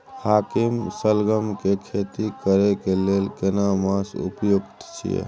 हाकीम सलगम के खेती करय के लेल केना मास उपयुक्त छियै?